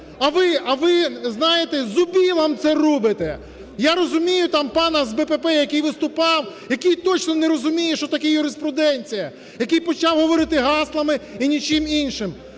а ви, знаєте, зубилом це рубите! Я розумію там пана з БПП, який виступав, який точно не розумію, що таке юриспруденція, який почав говорити гаслами і нічим іншим.